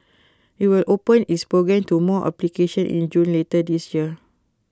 IT will open its program to more application in June later this year